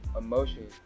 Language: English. emotion